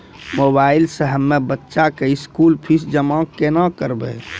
Mobile से हम्मय बच्चा के स्कूल फीस जमा केना करबै?